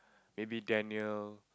maybe Daniel